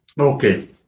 okay